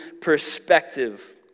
perspective